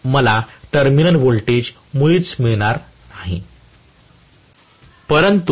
तर मला terminal voltage मुळीच मिळत नाही